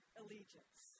allegiance